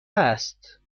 است